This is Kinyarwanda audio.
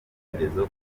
ibitekerezo